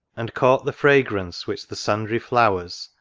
and caught the fragrance which the sundry flowers.